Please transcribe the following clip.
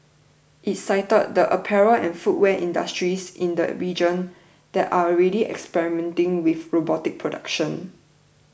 it cited the apparel and footwear industries in the region that are already experimenting with robotic production